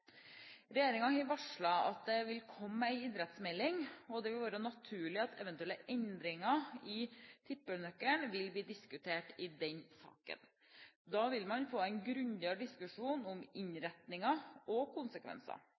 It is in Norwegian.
har varslet at det vil komme en idrettsmelding, og det vil være naturlig at eventuelle endringer i tippenøkkelen vil bli diskutert i den saken. Da vil man få en grundigere diskusjon om innretningen og